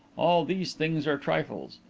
all these things are trifles.